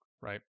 Right